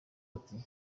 ati